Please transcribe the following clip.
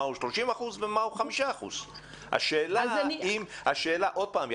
מהם 30% ומהם 5%. עוד פעם,